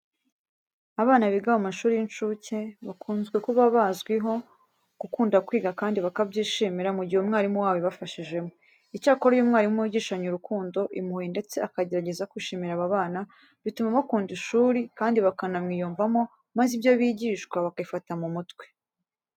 Abana biga mu mashuri y'insuke bakunze kuba bazwiho gukunda kwiga kandi bakabyishimira mu gihe umwarimu wabo abibafashijemo. Icyakora iyo umwarimu yigishanya urukundo, impuhwe ndetse akagerageza kwishimira aba bana, bituma bakunda ishuri kandi bakanamwiyumvamo maze ibyo bigishwa bakabifata mu mutwe.